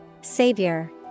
Savior